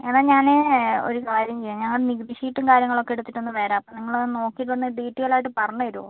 എന്നാൽ ഞാൻ ഒരു കാര്യം ചെയ്യാം ഞാൻ നികുതി ശീട്ടും കാര്യങ്ങളൊക്കെ എടുത്തിട്ടൊന്ന് വരാം നിങ്ങളതൊന്ന് നോക്കിയൊന്ന് ഡീറ്റയിലായി പറഞ്ഞു തരാമോ